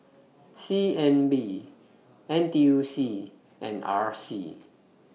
C N B N T U C and R C